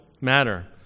matter